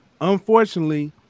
Unfortunately